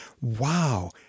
Wow